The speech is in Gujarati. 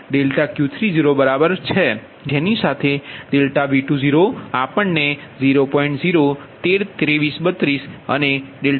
051 ∆Q30બરાબર છે જેની સાથે ∆V20આપણને 0